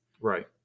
right